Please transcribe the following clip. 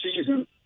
season